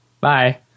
Bye